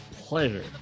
pleasure